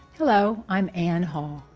hello i'm and home.